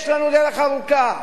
יש לנו דרך ארוכה.